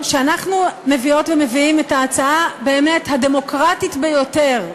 שאנחנו מביאות ומביאים את ההצעה באמת הדמוקרטית ביותר,